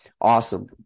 Awesome